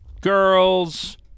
Girls